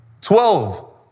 Twelve